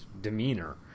demeanor